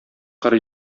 кыр